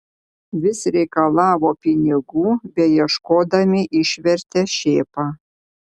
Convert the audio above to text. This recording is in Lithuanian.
vis reikalavo pinigų beieškodami išvertė šėpą